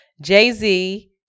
Jay-Z